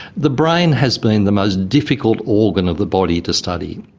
the brain has been the most difficult organ of the body to study.